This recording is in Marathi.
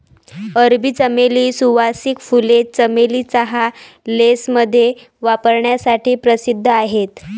अरबी चमेली, सुवासिक फुले, चमेली चहा, लेसमध्ये वापरण्यासाठी प्रसिद्ध आहेत